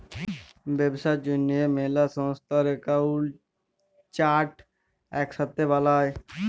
ব্যবসার জ্যনহে ম্যালা সংস্থার একাউল্ট চার্ট ইকসাথে বালায়